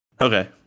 okay